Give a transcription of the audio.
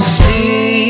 see